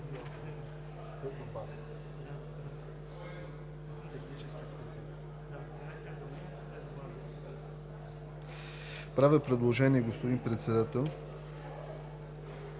Правя предложение, господин Председател,